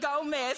Gomez